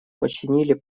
починили